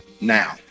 now